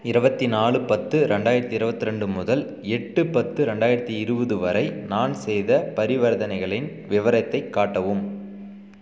இருபத்தி நாலு பத்து ரெண்டாயிரத்து இருபத்தி ரெண்டு முதல் எட்டு பத்து ரெண்டாயிரத்து இருபது வரை நான் செய்த பரிவர்த்தனைகளின் விவரத்தை காட்டவும்